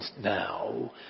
now